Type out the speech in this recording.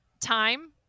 time